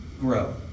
grow